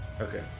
Okay